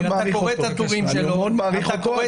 אתה קורא את הטורים שלו, אתה קורא את הביקורת שלו.